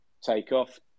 takeoff